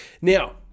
Now